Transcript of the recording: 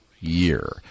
year